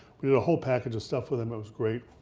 we did a whole package of stuff with them, it was great.